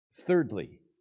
Thirdly